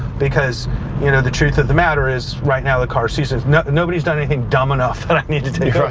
because you know the truth of the matter is right now the car sees nobody's done anything dumb enough that i need to take ah